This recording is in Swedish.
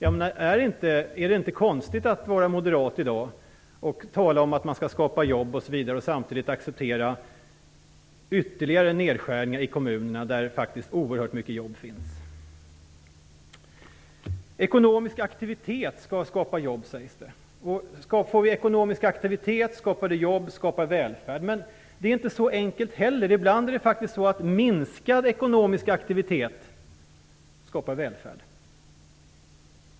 Känns det inte konstigt att vara moderat i dag och tala om att man skall skapa jobb, samtidigt som man accepterar ytterligare nedskärningar i kommunerna där det finns så oerhört många jobb? Ekonomisk aktivitet skall skapa jobb, sägs det. Får vi ekonomisk aktivitet skapar det jobb och välfärd. Men det är inte så enkelt. Ibland kan faktiskt minskad ekonomisk aktivitet skapa välfärd.